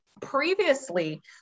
Previously